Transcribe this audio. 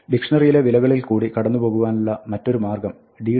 ഡിക്ഷ്ണറിയിലെ വിലകളിൽ കൂടി കടന്നുപോകുവാനുള്ള മറ്റൊരു മാർഗ്ഗം d